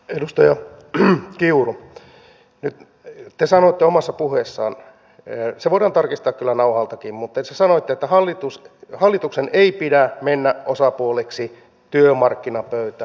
edustaja kiuru nyt te sanoitte omassa puheessanne se voidaan tarkistaa kyllä nauhaltakin että hallituksen ei pidä mennä osapuoleksi työmarkkinapöytään